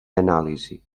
anàlisi